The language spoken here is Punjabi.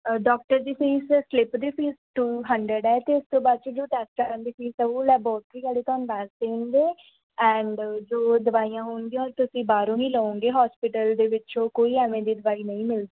ਡਾਕਟਰ ਦੀ ਫੀਸ ਸਲਿਪ ਦੀ ਫੀਸ ਟੂ ਹੰਡਰਡ ਹੈ ਅਤੇ ਉਸ ਤੋਂ ਬਾਅਦ ਜੋ ਟੈਸਟਾਂ ਦੀ ਫੀਸ ਆ ਉਹ ਲੈਬੋਰਟਰੀ ਵਾਲੇ ਤੁਹਾਨੂੰ ਦੱਸ ਦੇਣਗੇ ਐਂਡ ਜੋ ਦਵਾਈਆਂ ਹੋਣਗੀਆਂ ਤੁਸੀਂ ਬਾਹਰੋਂ ਨਹੀਂ ਲਓਗੇ ਹੋਸਪਿਟਲ ਦੇ ਵਿੱਚੋਂ ਕੋਈ ਐਵੇਂ ਦੀ ਦਵਾਈ ਨਹੀਂ ਮਿਲਦੀ